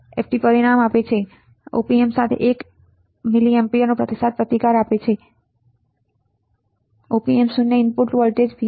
ft પરિણામ આપે છે કે op amp સાથે 1 MA નો પ્રતિસાદ પ્રતિકાર હોય છે op amp શૂન્ય ઇનપુટ વોલ્ટેજ V